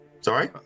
Sorry